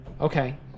Okay